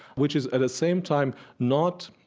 which is at a same time not